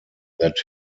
that